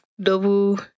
double